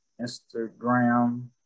Instagram